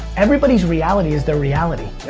everybody's reality is their reality.